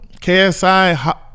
KSI